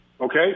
Okay